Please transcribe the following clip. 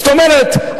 זאת אומרת,